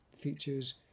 features